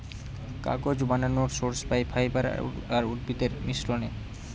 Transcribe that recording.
কাগজ বানানর সোর্স পাই ফাইবার আর উদ্ভিদের মিশ্রনে